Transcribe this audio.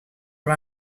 are